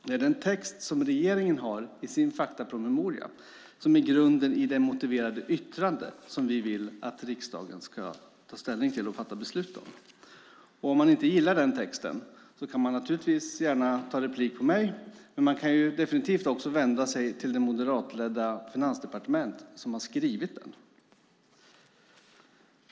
Det är den text som regeringen har i sin faktapromemoria som är grunden i det motiverade yttrande som vi vill att riksdagen ska ställning till och fatta beslut om. Om man inte gillar den texten kan man naturligtvis gärna ta replik på mig, men man kan definitivt också vända sig det moderatledda Finansdepartementet som har skrivit den.